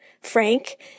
Frank